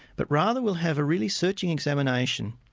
but rather we'll have a really searching examination.